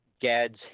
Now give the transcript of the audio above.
Gads